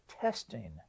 testing